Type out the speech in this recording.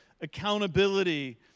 accountability